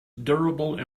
durable